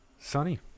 Sunny